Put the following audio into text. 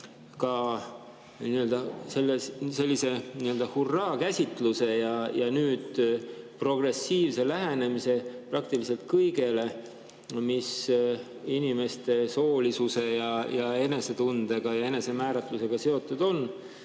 ka sellise hurraakäsitluse ja progressiivse lähenemise praktiliselt kõigele, mis inimeste soolisuse ja enesetundega ja enesemääratlusega seotud on.